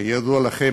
כידוע לכם,